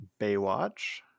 Baywatch